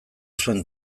zuen